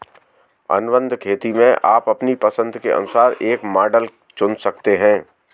अनुबंध खेती में आप अपनी पसंद के अनुसार एक मॉडल चुन सकते हैं